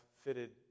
fitted